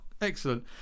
excellent